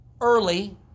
early